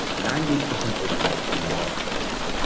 ninety eight percent open rates and in a lot of studies.